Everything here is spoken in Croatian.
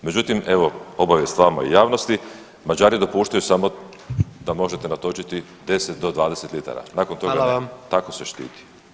Međutim, evo obavijest vama i javnosti Mađari dopuštaju samo da možete natočiti 10 do 20 litara, nakon toga ne, tako se štiti.